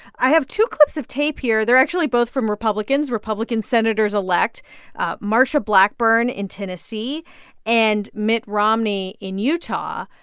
i have two clips of tape here. they're actually both from republicans republican senators-elect marsha blackburn in tennessee and mitt romney in utah.